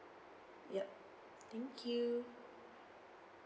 yup thank you